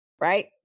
right